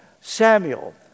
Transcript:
Samuel